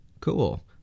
Cool